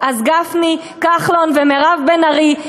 אז גפני, כחלון ומירב בן ארי,